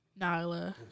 Nyla